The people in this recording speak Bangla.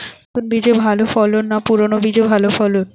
নতুন বীজে ভালো ফলন না পুরানো বীজে ভালো ফলন?